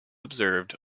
observed